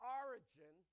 origin